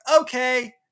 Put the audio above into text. okay